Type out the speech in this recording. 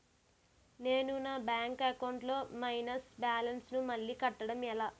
నేను నా bank account లొ మైనస్ బాలన్స్ ను మళ్ళీ కట్టడం ఎలా?